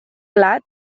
plat